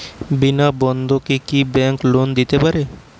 বিনা বন্ধকে কি bank loan দিতে পারে?